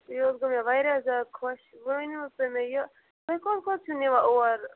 یہِ حظ گوٚو مےٚ واریاہ زیادٕ خوش وۄنۍ ؤنِو حظ تُہۍ مےٚ یہِ تُہۍ کوٚت کوٚت چھُو نِوان اور